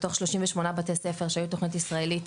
מתוך 38 בתי ספר שהיו בתכנית הישראלית,